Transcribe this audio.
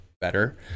better